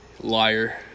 Liar